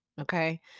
okay